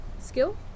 skill